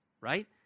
right